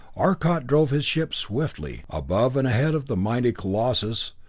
arcot drove his ship swiftly, above and ahead of the mighty colossus,